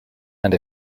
and